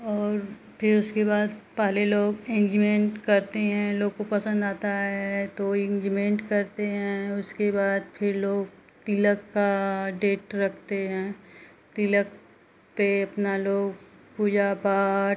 और फिर उसके बाद पहले लोग इंजमेंट करते हैं लोग को पसंद आता है तो इंजमेंट करते हैं उसके बाद फिर लोग तिलक का डेट रखते हैं तिलक पर अपना लोग पूजा पाठ